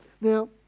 Now